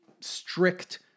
strict